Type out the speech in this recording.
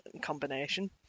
combination